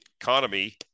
economy